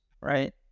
right